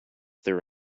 there